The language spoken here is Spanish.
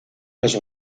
los